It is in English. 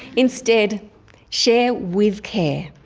instead share with care.